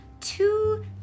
two